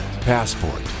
Passport